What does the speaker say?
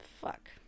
Fuck